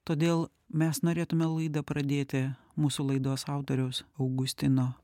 todėl mes norėtume laidą pradėti mūsų laidos autoriaus augustino